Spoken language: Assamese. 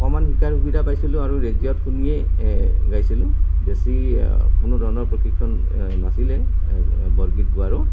অকণমান শিকাৰ সুবিধা পাইছিলোঁ আৰু ৰেডিঅ'ত শুনিয়েই গাইছিলোঁ বেছি কোনো ধৰণৰ প্ৰশিক্ষণ নাছিলে বৰগীত গোৱাৰো